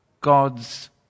God's